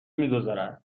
میگذارد